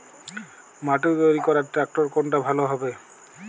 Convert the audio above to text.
মাটি তৈরি করার ট্রাক্টর কোনটা ভালো হবে?